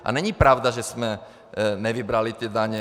A není pravda, že jsme nevybrali daně.